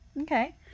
Okay